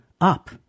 up